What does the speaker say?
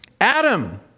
Adam